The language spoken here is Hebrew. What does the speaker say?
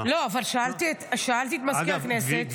אבל שאלתי את מזכיר הכנסת, והוא אמר.